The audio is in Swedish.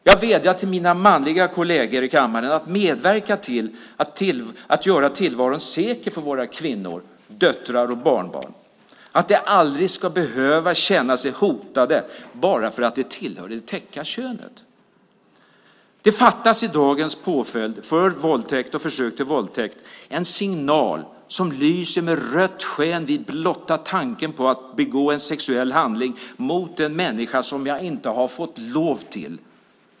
Jag vädjar till mina manliga kolleger i kammaren att medverka till att göra tillvaron säker för våra kvinnor, döttrar och barnbarn. De ska inte behöva känna sig hotade bara för att de tillhör det täcka könet. I dagens påföljd för våldtäkt och försök till våldtäkt fattas det en signal som lyser med rött sken vid blotta tanken på att begå en sexuell handling som jag inte har fått lov till mot en människa.